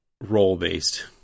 role-based